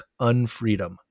unfreedom